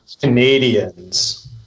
Canadians